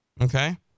Okay